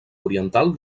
oriental